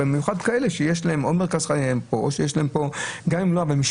במיוחד את אלה שמרכז חייהם כאן או שיש להם כאן משפחות.